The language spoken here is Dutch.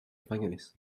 gevangenis